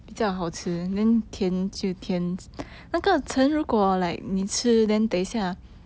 那个 turn 如果 like 你吃 then 等一下